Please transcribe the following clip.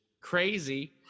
crazy